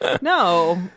No